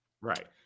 Right